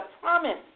promise